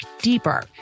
deeper